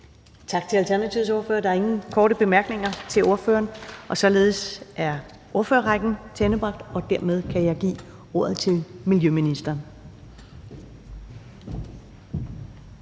Tak til Alternativets ordfører. Der er ingen korte bemærkninger til ordføreren. Således er ordførerrækken tilendebragt, og dermed kan jeg give ordet til miljøministeren.